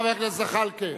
חבר הכנסת זחאלקה.